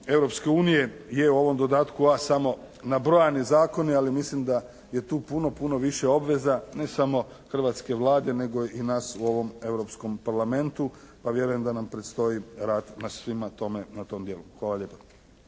Europske unije je u ovom dodatku A samo nabrojani zakoni, ali mislim da je tu puno, puno više obveza ne samo hrvatske Vlade nego i nas u ovom europskom Parlamentu, pa vjerujem da nam predstoji rad nas svih na tom djelu. Hvala lijepa.